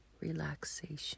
relaxation